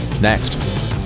Next